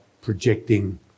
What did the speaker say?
projecting